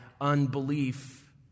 unbelief